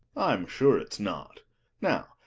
i'm sure it's not now,